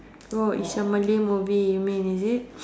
oh is a Malay movie you mean is it